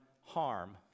harm